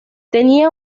tiene